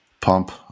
pump